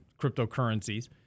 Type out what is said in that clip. cryptocurrencies